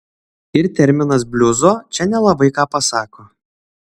ir terminas bliuzo čia nelabai ką pasako